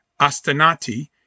Astonati